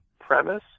premise